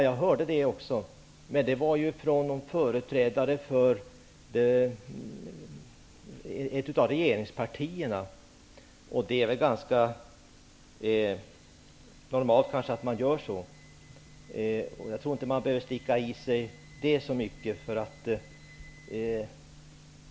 Jag hörde också det, men det var ju från företrädare för ett av regeringspartierna. Det är ganska normalt att man gör så. Jag tror inte att man behöver slicka i sig det så mycket.